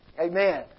Amen